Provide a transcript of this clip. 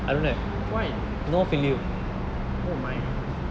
why oh my